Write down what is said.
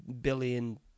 billion